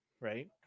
right